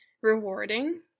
rewarding